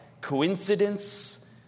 coincidence